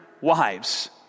wives